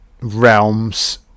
realms